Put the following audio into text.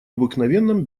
обыкновенном